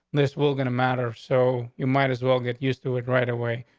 this will gonna matter. so you might as well get used to it right away.